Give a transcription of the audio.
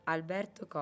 Alberto